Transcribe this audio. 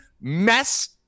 mess